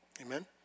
Amen